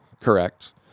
Correct